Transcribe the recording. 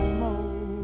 more